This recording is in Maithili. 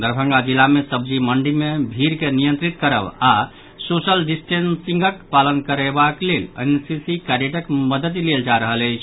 दरभंगा जिला मे सब्जी मंडी मे भीड़ के नियंत्रित करब आओर सोशल डिस्टेंसिंगक पालन करयबाक लेल एनसीसी कैडेटक मददि लेल जा रहल अछि